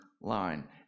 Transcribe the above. line